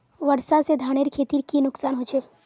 वर्षा से धानेर खेतीर की नुकसान होचे?